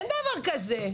אין דבר כזה.